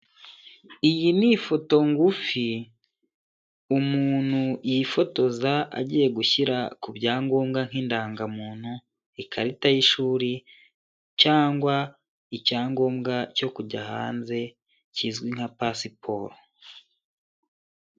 Iyi ni ifoto ngufi umuntu yifotoza agiye gushyira ku byangombwa nk'indangamuntu, ikarita y'ishuri cyangwa icyangombwa cyo kujya hanze kizwi nka pasiporo.